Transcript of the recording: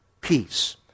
peace